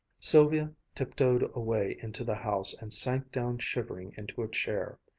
sylvia tiptoed away into the house and sank down shivering into a chair.